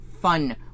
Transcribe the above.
fun